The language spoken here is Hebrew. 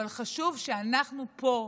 אבל חשוב שאנחנו פה,